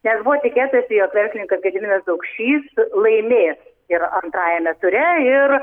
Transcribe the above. nes buvo tikėtasi jog verslininkas gediminas daukšys laimės ir antrajame ture ir